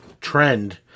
trend